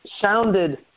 sounded